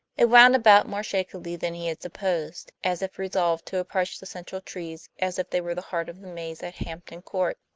it wound about more shakily than he had supposed, as if resolved to approach the central trees as if they were the heart of the maze at hampton court.